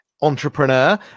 entrepreneur